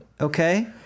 Okay